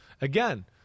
Again